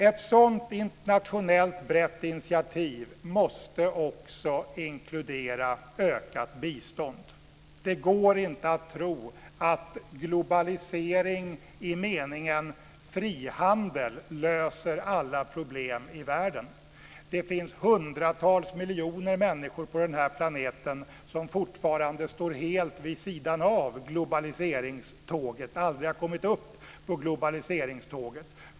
Ett sådant internationellt brett initiativ måste också inkludera ökat bistånd. Det går inte att tro att globalisering i meningen frihandel löser alla problem i världen. Det finns hundratals miljoner människor på den här planeten som fortfarande står helt vid sidan av, har aldrig kommit upp på, globaliseringståget.